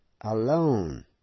alone